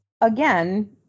again